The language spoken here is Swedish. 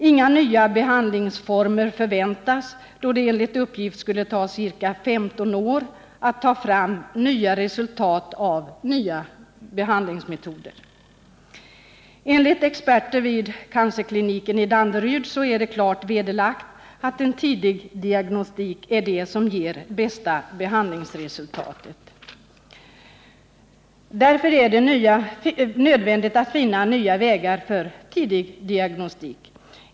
Inga nya behandlingsformer förväntas, då det enligt uppgift skulle ta ca 15 år att få fram resultat av nya behandlingsmetoder. Enligt experter vid cancerkliniken i Danderyd är det klart vederlagt att en tidigdiagnostik är det som ger bästa behandlingsresultatet. Därför är det nödvändigt att finna nya vägar för tidigdiagnostik.